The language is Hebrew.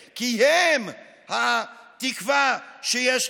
ובין אם זה בכל מקום אחר,